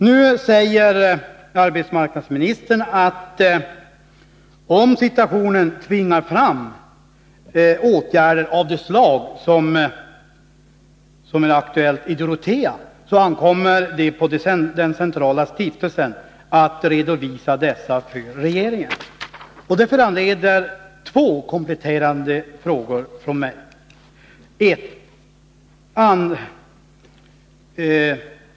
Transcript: Nu säger arbetsmarknadsministern att om situationen tvingar fram åtgärder av det slag som är aktuellt i Dorotea, ankommer det på den centrala stiftelsen att redovisa dessa för regeringen. Det föranleder två kompletterande frågor från mig: 1.